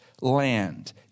land